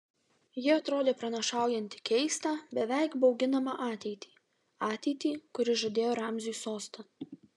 ji atrodė pranašaujanti keistą beveik bauginamą ateitį ateitį kuri žadėjo ramziui sostą